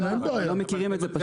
אנחנו לא מכירים את זה פשוט.